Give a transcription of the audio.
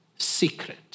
secret